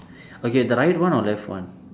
okay the right one or left one